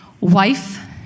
wife